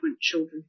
children